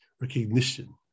recognition